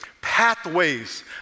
pathways